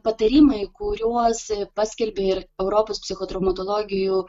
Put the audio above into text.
patarimai kuriuos paskelbė ir europos psichotraumatologijų